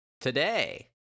today